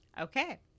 okay